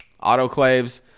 autoclaves